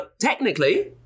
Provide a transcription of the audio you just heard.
technically